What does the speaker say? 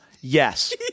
yes